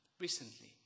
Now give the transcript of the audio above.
recently